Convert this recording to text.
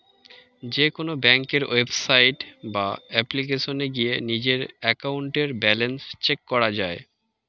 যেকোনো ব্যাংকের ওয়েবসাইট বা অ্যাপ্লিকেশনে গিয়ে নিজেদের অ্যাকাউন্টের ব্যালেন্স চেক করা যায়